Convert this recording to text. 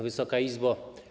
Wysoka Izbo!